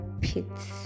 pits